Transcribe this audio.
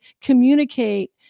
communicate